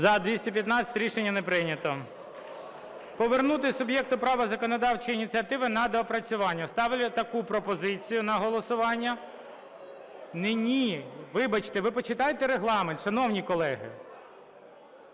За-215 Рішення не прийнято. Повернути суб’єкту права законодавчої ініціативи на доопрацювання. Ставлю таку пропозицію на голосування. Не "ні", вибачте, ви почитайте Регламент, шановні колеги!